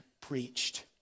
preached